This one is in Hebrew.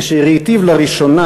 כשראיתיו לראשונה,